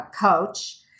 coach